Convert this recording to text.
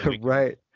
Right